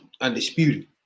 undisputed